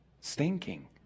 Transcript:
stinking